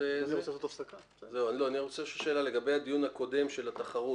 אני רוצה לשאול שאלה, לגבי הדיון הקודם של התחרות.